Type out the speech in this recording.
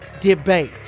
debate